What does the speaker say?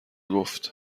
گفت